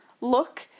look